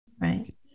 right